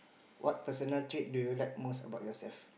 what personal trait do you like most about yourself